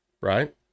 right